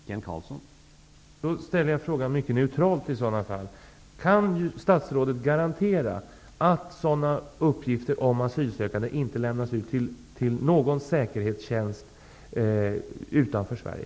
Herr talman! I så fall vill jag ställa frågan neutralt: Kan statsrådet garantera att sådana uppgifter om asylsökande inte lämnas ut till någon säkerhetstjänst utanför Sverige?